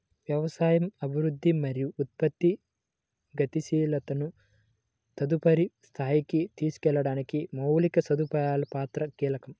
వ్యవసాయ అభివృద్ధికి మరియు ఉత్పత్తి గతిశీలతను తదుపరి స్థాయికి తీసుకెళ్లడానికి మౌలిక సదుపాయాల పాత్ర కీలకం